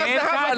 היא באמצע הדיבור.